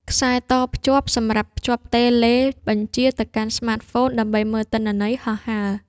ខ្សែតភ្ជាប់ សម្រាប់ភ្ជាប់តេឡេបញ្ជាទៅកាន់ស្មាតហ្វូនដើម្បីមើលទិន្នន័យហោះហើរ។